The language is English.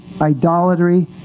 idolatry